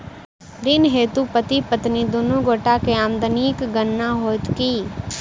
ऋण हेतु पति पत्नी दुनू गोटा केँ आमदनीक गणना होइत की?